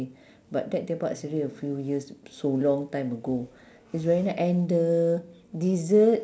but that tepak sireh a few years so long time ago it's very ni~ and the dessert